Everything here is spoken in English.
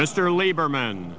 mr lieberman